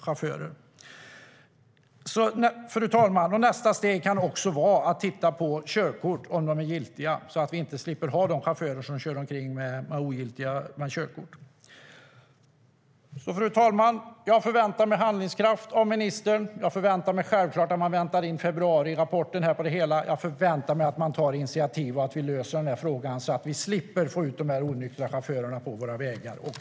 Vi brinner för frågan! Nästa steg, fru talman, kan vara att titta på om körkorten är giltiga, så att vi slipper ha chaufförer som kör omkring med ogiltiga körkort. Fru talman! Jag förväntar mig handlingskraft av ministern. Jag förväntar mig självklart att man väntar in februarirapporten. Jag förväntar mig att man tar initiativ och att vi löser frågan, så att vi slipper få ut de här onyktra chaufförerna på våra vägar.